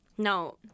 No